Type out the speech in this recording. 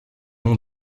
long